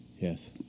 Yes